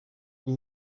vous